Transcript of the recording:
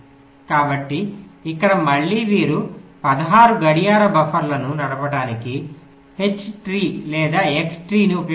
కాబట్టి ఇక్కడ మళ్ళీ వారు 16 గడియార బఫర్లను నడపడానికి H చెట్టు లేదా X చెట్టును ఉపయోగిస్తారు